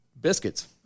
biscuits